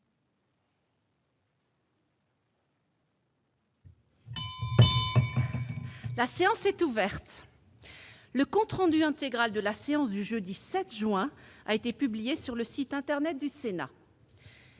La séance est ouverte. Le compte rendu intégral de la séance du jeudi 7 juin a été publié sur le site internet du Sénat.